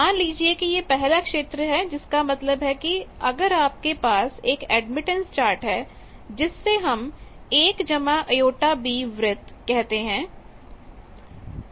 मान लीजिए कि यह पहला क्षेत्र है जिसका मतलब है कि अगर आपके पास एक एडमिटेंस चार्ट है जिससे हम 1jb वृत्त कहते हैं